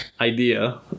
idea